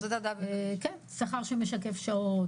שכר שמשקף שעות